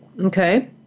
Okay